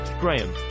graham